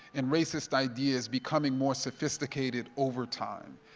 and racist ideas becoming more sophisticated over time.